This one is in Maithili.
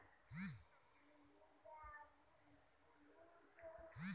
सनदी लेखाकारक काज व्यवसायिक सलाह देब आओर आर्थिक मामलाकेँ देखब छै